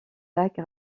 lac